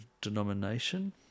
denomination